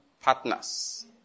partners